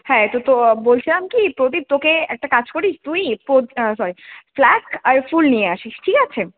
হ্যাঁ তো তো বলছিলাম কি প্রবীর তোকে একটা কাজ করিস তুই পো সরি ফ্লাস্ক আর ফুল নিয়ে আসিস ঠিক আছে